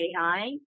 AI